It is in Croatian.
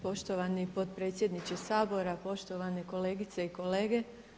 Poštovani potpredsjedniče Sabora, poštovane kolegice i kolege.